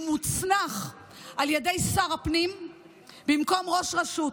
הוא מוצנח על ידי שר הפנים במקום ראש רשות.